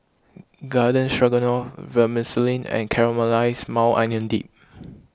Garden Stroganoff Vermicelli and Caramelized Maui Onion Dip